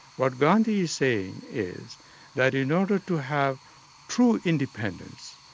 what gandhi is saying is that in order to have true independence,